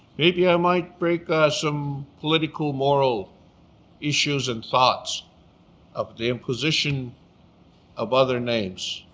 maybe i might break ah some political, moral issues and thoughts of the imposition of other names.